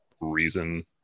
Reason